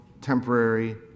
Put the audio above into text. temporary